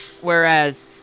whereas